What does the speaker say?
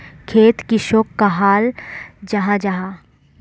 खेत किसोक कहाल जाहा जाहा?